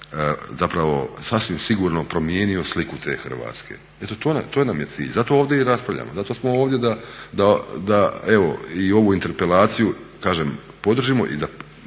zapravo sasvim sigurno promijenio sliku te Hrvatske. Eto to nam je cilj. Zato ovdje i raspravljamo, zato smo ovdje da evo i ovu interpelaciju kažem podržimo i da